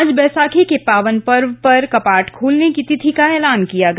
आज बैसाखी के पावन पर्व पर कपाट खोलने की तिथि का ऐलान किया गया